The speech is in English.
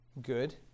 Good